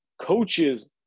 Coaches